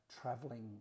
traveling